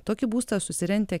tokį būstą susirentę